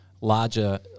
larger